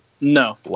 No